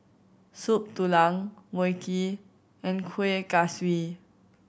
Soup Tulang Mui Kee and Kueh Kaswi